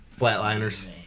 Flatliners